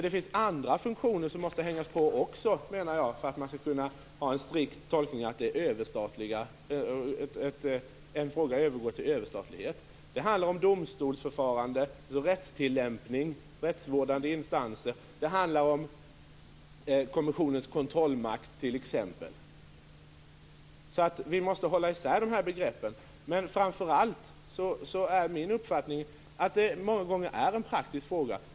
Det finns andra funktioner som också måste hängas på, menar jag, för att man med en strikt tolkning skall kunna säga att en fråga övergår till överstatlighet. Det handlar t.ex. om domstolsförfarande, rättstillämpning, rättsvårdande instanser och om kommissionens kontrollmakt. Vi måste alltså hålla isär de här begreppen. Min uppfattning är dock framför allt att det många gånger är en praktisk fråga.